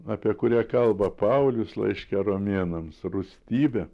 apie kurią kalba paulius laiške romėnams rūstybė